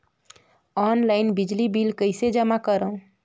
Online बिजली bill कइसे जमा करव?